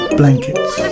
blankets